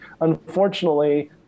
unfortunately